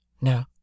No